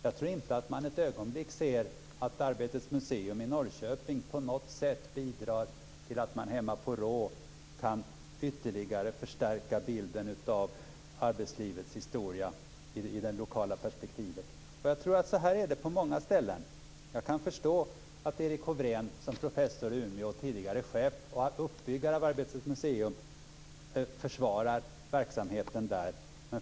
Jag tror inte att man anser att Arbetets museum i Norrköping bidrar till att man i Råå ytterligare kan förstärka bilden av arbetslivets historia i det lokala perspektivet. Jag tror att det är så på många ställen. Jag kan förstå att Erik Hofrén, professor i Umeå och tidigare chef för uppbyggnaden av Arbetets museum, försvarar verksamheten där.